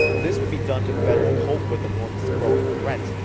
this would be done to better cope with the north's growing threats.